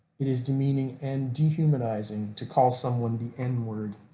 it is demeaning and dehumanizing to call someone the n-word.